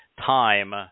time –